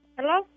Hello